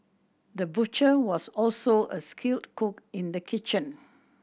the butcher was also a skilled cook in the kitchen